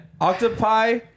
octopi